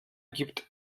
gibt